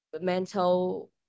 mental